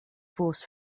force